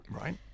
Right